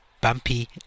bumpy